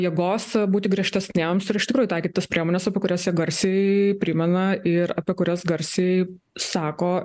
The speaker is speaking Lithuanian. jėgos būti griežtesniems ir iš tikrųjų taikyt tas priemones kurias jie garsiai primena ir apie kurias garsiai sako